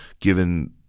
given